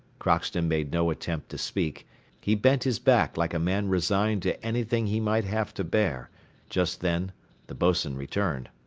crockston made no attempt to speak he bent his back like a man resigned to anything he might have to bear just then the boatswain returned.